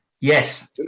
Yes